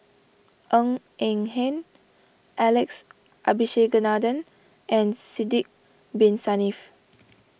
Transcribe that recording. Ng Eng Hen Alex Abisheganaden and Sidek Bin Saniff